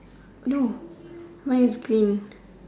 no mine is pink